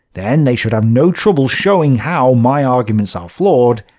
then they should have no trouble showing how my arguments are flawed,